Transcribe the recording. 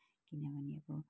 किनभने अब